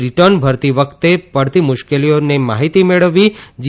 return ભરતી વખતે પડતી મુશ્કેલીઓને માહિતી મેળવવી જી